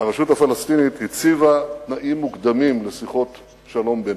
הרשות הפלסטינית הציבה תנאים מוקדמים לשיחות שלום בינינו,